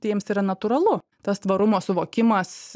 tai jiems yra natūralu tas tvarumo suvokimas